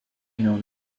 known